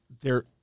They're-